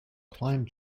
climb